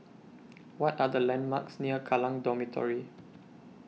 What Are The landmarks near Kallang Dormitory